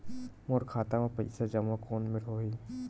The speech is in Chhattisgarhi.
मोर खाता मा पईसा जमा कोन मेर होही?